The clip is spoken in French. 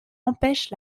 empêche